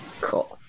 Cool